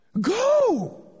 Go